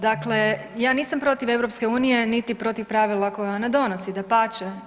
Dakle, ja nisam protiv EU, niti protiv pravila koja ona donosi, dapače.